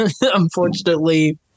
unfortunately